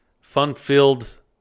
fun-filled